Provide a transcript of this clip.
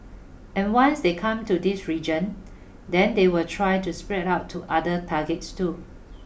and once they come to this region then they will try to spread out to other targets too